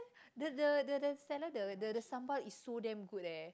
the the the the seller the the sambal is so damn good leh